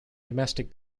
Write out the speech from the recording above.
domestic